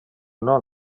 non